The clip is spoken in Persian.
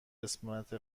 قسمت